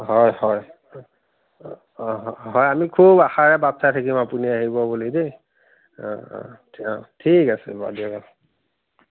হয় হয় অঁ হয় আমি খুব আশাৰে বাট চাই থাকিম আপুনি আহিব বুলি দেই অঁ অঁ অঁ ঠিক আছে বাৰু দিয়ক